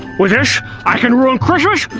with this i can ruin christmas